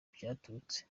byaturutse